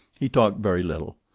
he talked very little,